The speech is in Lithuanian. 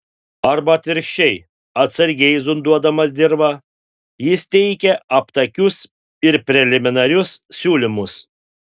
arba atvirkščiai atsargiai zonduodamas dirvą jis teikia aptakius ir preliminarius siūlymus